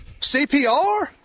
CPR